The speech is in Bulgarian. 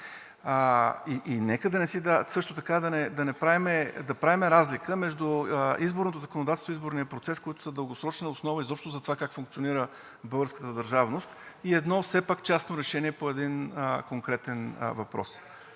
като пример. И също така нека да правим разлика между изборното законодателство и изборния процес, които са дългосрочна основа изобщо за това как функционира българската държавност, и едно все пак частно решение по един конкретен въпрос.